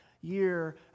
year